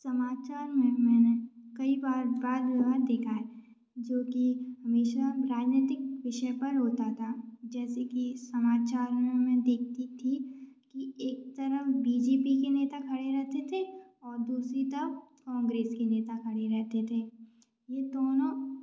समाचार में मैंने कई बार वाद विवाद देखा है जो कि हमेशा राजनैतिक विषय पर होता था जैसे कि समाचार में मैं देखती थी कि एक तरफ़ बी जे पी के नेता खड़े रहते थे और दूसरी तरफ़ कॉन्ग्रेस के नेता खड़े रहेते थे ये दोनों